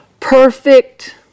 perfect